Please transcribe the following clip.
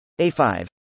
A5